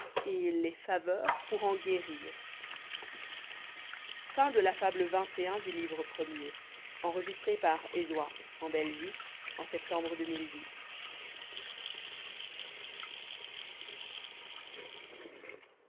et tes faveurs pour en guérir